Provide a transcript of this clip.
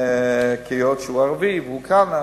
היות שהוא ערבי והוא כאן.